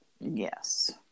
Yes